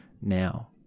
now